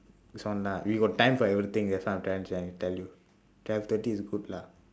this one lah we got time for everything that's what i'm trying to tell tell you twelve thirty is good lah